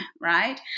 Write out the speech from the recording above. right